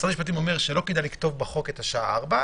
משרד המשפטים אומר שלא כדאי לכתוב בחוק את השעה 16:00,